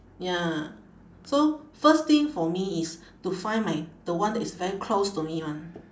ya so first thing for me is to find my the one that is very close to me [one]